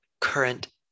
current